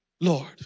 Lord